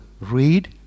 read